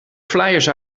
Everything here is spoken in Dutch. flyers